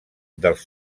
dels